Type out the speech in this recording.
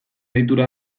deitura